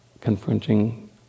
confronting